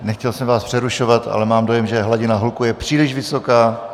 Nechtěl jsem vás přerušovat, ale mám dojem, že hladina hluku je příliš vysoká.